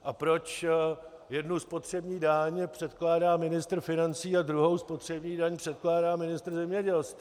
A proč jednu spotřební daň předkládá ministr financí a druhou spotřební daň předkládá ministr zemědělství?